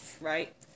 Right